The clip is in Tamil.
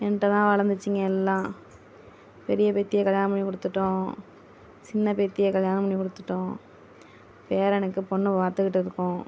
என்கிட்ட தான் வளர்ந்துச்சிங்க எல்லாம் பெரிய பேத்தியை கல்யாணம் பண்ணி கொடுத்துட்டோம் சின்ன பேத்தியை கல்யாணம் பண்ணி கொடுத்துட்டோம் பேரனுக்கு பெண்ணு பார்த்துக்கிட்டு இருக்கோம்